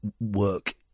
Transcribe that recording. work